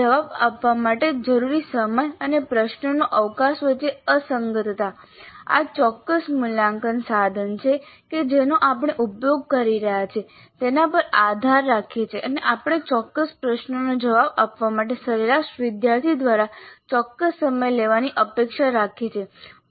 જવાબ આપવા માટે જરૂરી સમય અને પ્રશ્નનો અવકાશ વચ્ચે અસંગતતા આ ચોક્કસ મૂલ્યાંકન સાધન છે કે જેનો આપણે ઉપયોગ કરી રહ્યા છીએ તેના પર આધાર રાખે છે અને આપણે ચોક્કસ પ્રશ્નનો જવાબ આપવા માટે સરેરાશ વિદ્યાર્થી દ્વારા ચોક્કસ સમય લેવાની અપેક્ષા રાખીએ છીએ